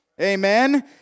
Amen